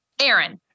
Aaron